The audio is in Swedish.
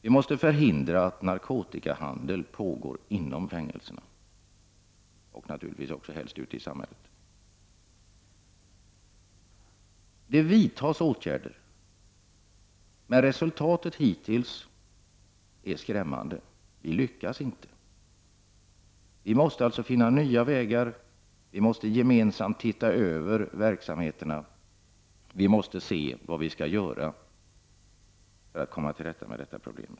Vi måse förhindra att narkotikahandel pågår inom fängelserna — och naturligtvis helst också ute i samhället. Det vidtas åtgärder, men resultatet hittills är skrämmande; vi lyckas inte. Vi måste alltså finna nya vägar, vi måste gemensamt se över verksamheterna, se vad vi skall göra för att komma till rätta med detta problem.